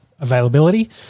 availability